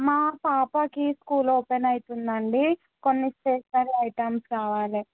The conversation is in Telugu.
మా పాపకి స్కూల్ ఓపెన్ అవుతుందండి కొన్నిస్టేషనరీ ఐటమ్స్ కావాలి